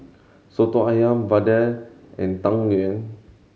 Soto Ayam vadai and Tang Yuen